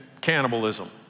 cannibalism